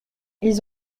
ils